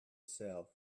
south